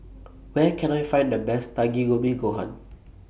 Where Can I Find The Best Takikomi Gohan